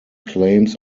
claims